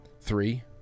Three